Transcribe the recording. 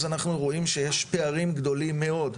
אז אנחנו רואים שיש פערים גדולים מאוד.